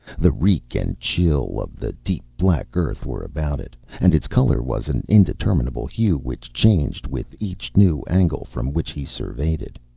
the reek and chill of the deep black earth were about it, and its color was an indeterminable hue which changed with each new angle from which he surveyed it.